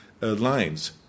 lines